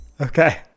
okay